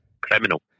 criminal